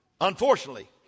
Unfortunately